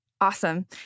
Awesome